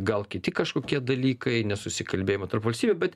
gal kiti kažkokie dalykai nesusikalbėjimai tarp valstybių bet